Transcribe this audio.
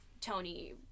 Tony